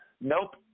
nope